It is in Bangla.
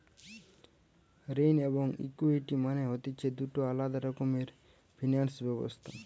ঋণ এবং ইকুইটি মানে হতিছে দুটো আলাদা রকমের ফিনান্স ব্যবস্থা